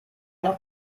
noch